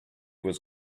was